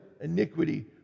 iniquity